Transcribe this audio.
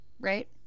right